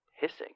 hissing